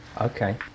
Okay